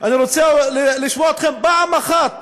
אני רוצה לשמוע אתכם פעם אחת